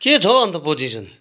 के छ हौ अन्त पोजिसन